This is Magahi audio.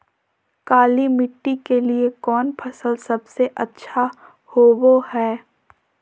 काली मिट्टी के लिए कौन फसल सब से अच्छा होबो हाय?